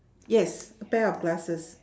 yes a pair of glasses